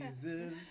Jesus